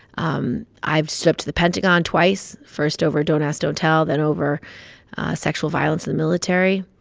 um i've stood up to the pentagon twice first, over don't ask, don't tell, then over sexual violence in the military.